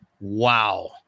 wow